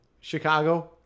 Chicago